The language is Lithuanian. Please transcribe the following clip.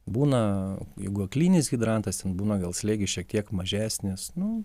būna jeigu aklinis hidrantas ten būna gal slėgis šiek tiek mažesnės nu